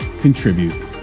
Contribute